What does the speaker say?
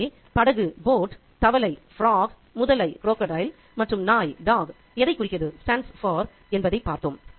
எனவே படகு தவளை முதலை மற்றும் நாய் எதைக் குறிக்கிறது என்பதைப் பார்த்தோம்